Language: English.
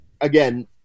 Again